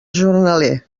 jornaler